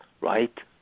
right